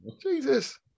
Jesus